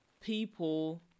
people